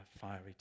fiery